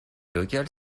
locale